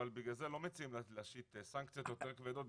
אבל בגלל זה לא מציעים להשיק סנקציות יותר כבדות,